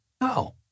No